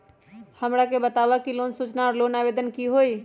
हमरा के बताव कि लोन सूचना और लोन आवेदन की होई?